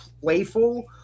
playful